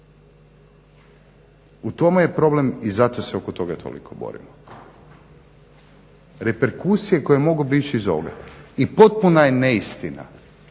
U tome je problem i zato se oko toga toliko borimo. Reperkusije koje mogu …/Govornik se ne